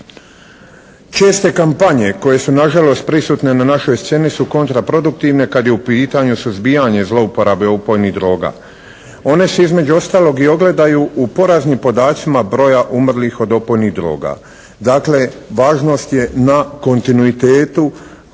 Česte kampanje koje su nažalost prisutne na našoj sceni su kontraproduktivne kad je u pitanju suzbijanje zlouporabe opojnih droga. One se između ostalog i ogledaju u poraznim podacima broja umrlih od opojnih droga. Dakle važnost je na kontinuitetu